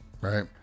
right